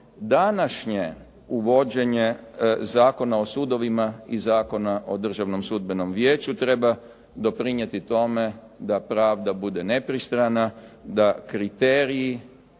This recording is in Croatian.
današnje uvođenje Zakona o sudovima i Zakona o Državnom sudbenom vijeću treba doprinijeti tome da pravda bude nepristrana, da kriteriji